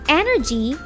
energy